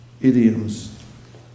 idioms